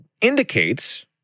indicates